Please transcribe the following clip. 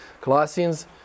Colossians